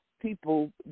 People